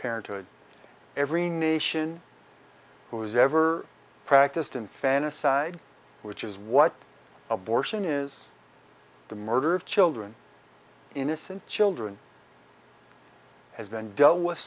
parenthood every nation who has ever practiced infanticide which is what abortion is the murder of children innocent children has been dealt with